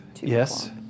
Yes